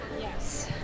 Yes